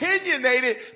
opinionated